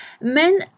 men